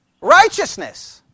righteousness